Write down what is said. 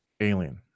alien